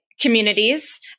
communities